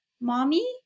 Mommy